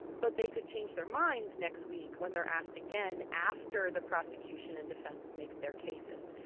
but they could change their minds next week when they're asked again after the prosecution and defense makes their cases,